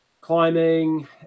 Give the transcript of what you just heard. climbing